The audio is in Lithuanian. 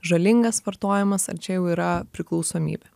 žalingas vartojimas ar čia jau yra priklausomybė